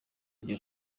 iryo